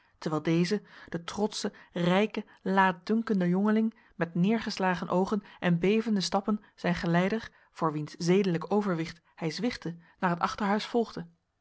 terwijl deze de trotsche rijke laatdunkende jongeling met neergeslagen oogen en bevende stappen zijn geleider voor wiens zedelijk overwicht hij zwichtte naar het achterhuis volgde